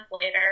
later